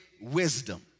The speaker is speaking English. wisdom